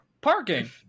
parking